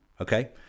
Okay